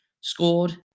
scored